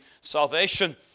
salvation